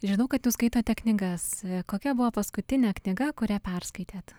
žinau kad jūs skaitote knygas kokia buvo paskutinė knyga kurią perskaitėt